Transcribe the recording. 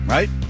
Right